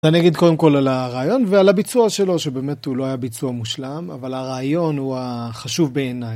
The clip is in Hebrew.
אני אגיד קודם כל על הרעיון ועל הביצוע שלו שבאמת הוא לא היה ביצוע מושלם אבל הרעיון הוא החשוב בעיניי.